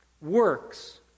works